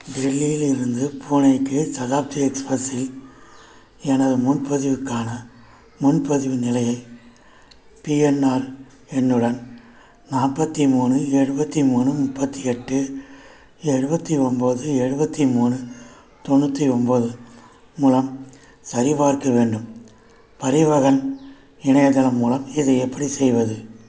டெல்லியிலிருந்து பூனேக்கு சகாப்தி எக்ஸ்பிரெஸ்ஸில் எனது முன்பதிவுக்கான முன்பதிவு நிலையை பிஎன்ஆர் எண்ணுடன் நாற்பத்தி மூணு எழுபத்தி மூணு முப்பத்தி எட்டு எழுபத்தி ஒம்பது எழுபத்தி மூணு தொண்ணூற்றி ஒம்பது மூலம் சரிபார்க்க வேண்டும் பரிவஹன் இணையதளம் மூலம் இதை எப்படி செய்வது